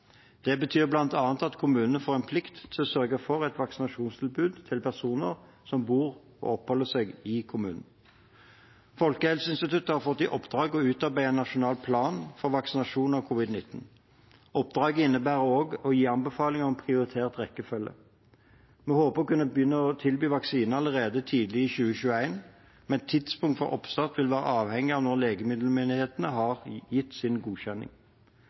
Det betyr bl.a. at kommunene får en plikt til å sørge for et vaksinasjonstilbud til personer som bor eller oppholder seg i kommunen. Folkehelseinstituttet har fått i oppdrag å utarbeide en nasjonal plan for vaksinasjon av covid-19. Oppdraget innebærer også å gi anbefalinger om prioritert rekkefølge. Vi håper å kunne begynne å tilby vaksine allerede tidlig i 2021, men tidspunkt for oppstart vil være avhengig av når legemiddelmyndighetene har gitt sin godkjenning.